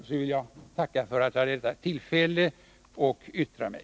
Jag vill tacka för att jag vid detta tillfälle fått yttra mig.